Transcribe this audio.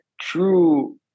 true